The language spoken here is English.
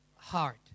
heart